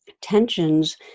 tensions